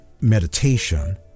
meditation